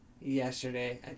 Yesterday